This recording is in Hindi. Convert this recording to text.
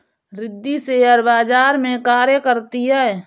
रिद्धी शेयर बाजार में कार्य करती है